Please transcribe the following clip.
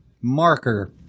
marker